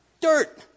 Dirt